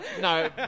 No